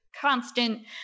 constant